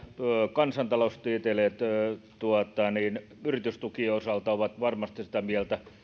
kansantaloustieteilijät yritystukien osalta ovat varmasti sitä mieltä